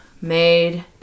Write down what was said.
made